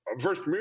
First